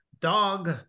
dog